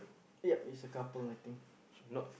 ya it's a couple I think